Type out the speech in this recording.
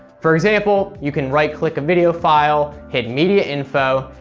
for example, you can right click a video file, hit media info,